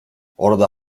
orada